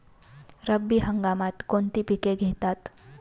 रब्बी हंगामात कोणती पिके घेतात?